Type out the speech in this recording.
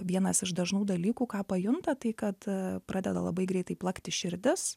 vienas iš dažnų dalykų ką pajunta tai kad pradeda labai greitai plakti širdis